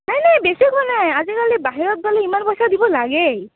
নাই নাই বেছি কোৱা নাই আজিকালি বাহিৰত গ'লে ইমান পইচা দিব লাগেই